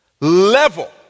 level